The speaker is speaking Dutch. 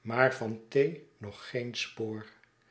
maar van thee nog geen spoor